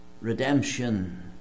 Redemption